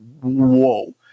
whoa